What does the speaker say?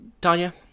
Tanya